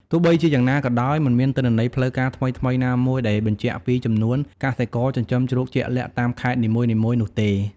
ទោះបីជាយ៉ាងណាក៏ដោយ មិនមានទិន្នន័យផ្លូវការថ្មីៗណាមួយដែលបញ្ជាក់ពីចំនួនកសិករចិញ្ចឹមជ្រូកជាក់លាក់តាមខេត្តនីមួយៗនោះទេ។